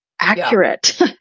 accurate